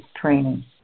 training